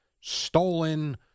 stolen